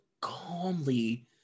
calmly